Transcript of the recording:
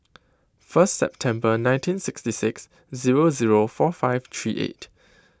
first September nineteen sixty six zero zero four five three eight